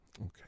Okay